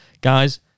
guys